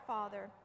Father